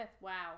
wow